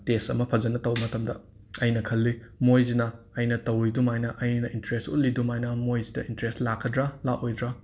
test ꯑꯃ ꯐꯖꯅ ꯇꯧꯕ ꯃꯇꯝꯗ ꯑꯩꯅ ꯈꯜꯂꯤ ꯃꯣꯏꯖꯤꯅ ꯑꯩꯅ ꯇꯧꯔꯤꯗꯨꯃꯥꯏꯅ ꯑꯩꯅ ꯏꯟꯇ꯭ꯔꯦꯁ ꯎꯠꯂꯤꯗꯨꯃꯥꯏꯅ ꯃꯣꯏꯖꯤꯗ ꯏꯅꯇ꯭ꯔꯦꯁ ꯂꯥꯛꯀꯗ꯭ꯔꯥ ꯂꯥꯑꯣꯏꯗ꯭ꯔꯥ